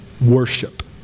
worship